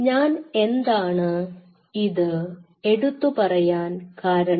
ഞാൻ എന്താണ് ഇത് എടുത്തു പറയാൻ കാരണം